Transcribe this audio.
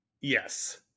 Yes